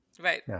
Right